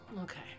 Okay